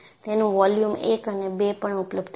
તેનું વોલ્યુમ 1 અને 2 પણ ઉપલબ્ધ છે